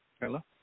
Hello